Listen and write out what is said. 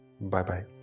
Bye-bye